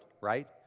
right